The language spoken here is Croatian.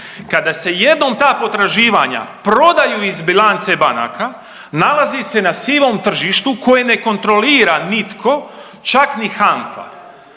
Kada se jednom ta potraživanja prodaju iz bilance banaka nalazi se na sivom tržištu koje ne kontrolira nitko, čak ni HANFA